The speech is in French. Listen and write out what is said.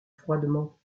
froidement